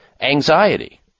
anxiety